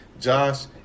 Josh